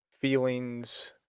feelings